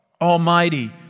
Almighty